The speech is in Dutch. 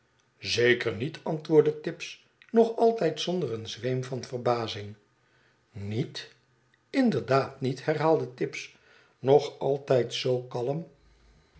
zeker niet antwoordde tibbs nog altijd zonder een zweem van verbazing niet inderdaad niet herhaalde tibbs nog altijd zoo kalm